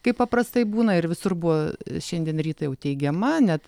kaip paprastai būna ir visur buvo šiandien rytą jau teigiama net